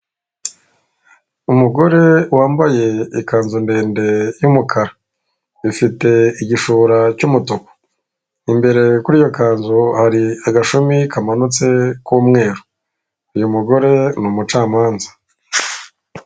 Umugore wambaye ikanzu ndende y'umukara, ifite igishura cy'umutuku, imbere kuri iyo kazu hari agashumi kamanutse k'umweru. Uyu mugore ni umucamanza.